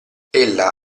ella